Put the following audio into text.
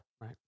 right